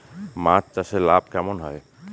মাছ চাষে লাভ কেমন হয়?